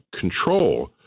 control